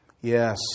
Yes